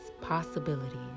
possibilities